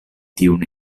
tiun